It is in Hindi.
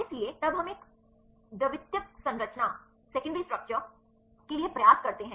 इसलिए तब हम एक द्वितीयक संरचना के लिए प्रयास करते हैं